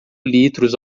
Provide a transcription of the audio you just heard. litros